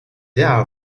are